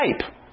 Type